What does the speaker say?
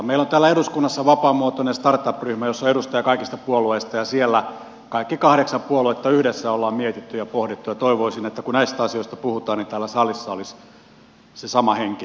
meillä on täällä eduskunnassa vapaamuotoinen start up ryhmä jossa on edustajia kaikista puolueista ja siellä kaikki kahdeksan puoluetta yhdessä olemme miettineet ja pohtineet ja toivoisin että kun näistä asioista puhutaan täällä salissa olisi se sama henki